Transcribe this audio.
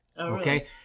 Okay